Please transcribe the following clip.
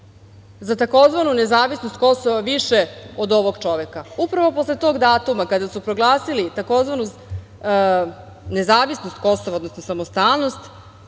za tzv. nezavisnost Kosova više od ovog čoveka. Upravo posle tog datuma, kada su proglasili tzv. nezavisnost Kosova, odnosno samostalnost,